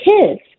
kids